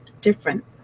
different